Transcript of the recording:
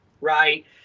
right